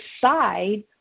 decide